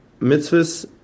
mitzvahs